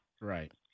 Right